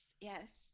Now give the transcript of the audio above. yes